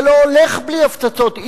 זה לא הולך בלי הפצצות.